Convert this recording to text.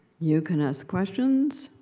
you can ask questions,